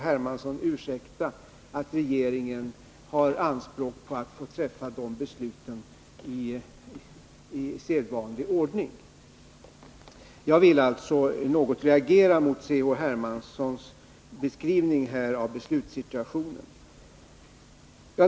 Hermansson får ursäkta att regeringen har anspråk på att få fatta sina beslut i sedvanlig ordning. Jag vill reagera mot C.-H. Hermanssons beskrivning av beslutssituationen.